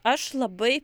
aš labai